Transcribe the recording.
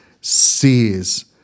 sees